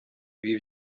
ibi